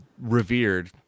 revered